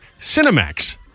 Cinemax